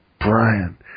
Brian